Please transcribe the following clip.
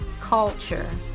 culture